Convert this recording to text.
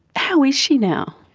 how is she now?